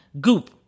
goop